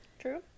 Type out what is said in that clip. true